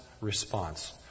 response